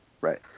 Right